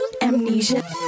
Amnesia